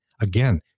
Again